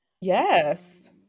Yes